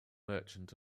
merchant